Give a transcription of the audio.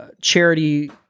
charity